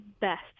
best